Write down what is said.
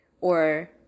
Or-